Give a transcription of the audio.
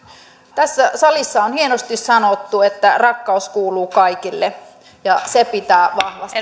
tässä salissa on hienosti sanottu että rakkaus kuuluu kaikille ja se pitää